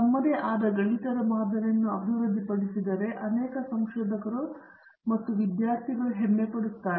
ತಮ್ಮದೇ ಆದ ಗಣಿತದ ಮಾದರಿಯನ್ನು ಅಭಿವೃದ್ಧಿಪಡಿಸಿದರೆ ಅನೇಕ ಸಂಶೋಧಕರು ಮತ್ತು ವಿದ್ಯಾರ್ಥಿಗಳು ಹೆಮ್ಮೆ ಪಡುತ್ತಾರೆ